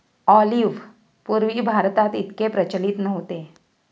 olive पूर्वी भारतात इतके प्रचलित नव्हते